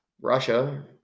Russia